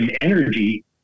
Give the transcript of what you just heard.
energy